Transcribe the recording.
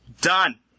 done